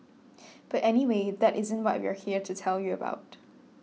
but anyway that isn't what we're here to tell you about